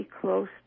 close